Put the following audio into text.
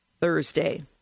Thursday